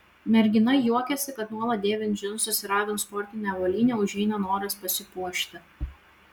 mergina juokiasi kad nuolat dėvint džinsus ir avint sportinę avalynę užeina noras pasipuošti